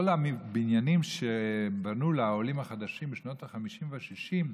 כל הבניינים שבנו לעולים החדשים בשנות החמישים והשישים,